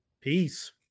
Peace